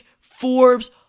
Forbes